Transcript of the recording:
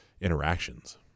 interactions